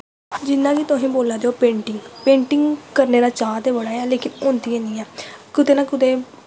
जियां कि तुहें बोला दे ओ पेंटिंग पेंटिंग करने दा चाऽ ते बड़ा ऐ लेकिन होंदी ऐनी ऐ कुतै ना कुतै